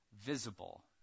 visible